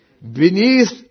beneath